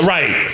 Right